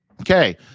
Okay